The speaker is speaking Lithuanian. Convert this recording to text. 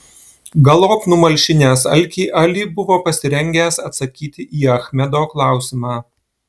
galop numalšinęs alkį ali buvo pasirengęs atsakyti į achmedo klausimą